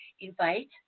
Invite